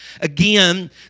Again